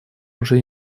уже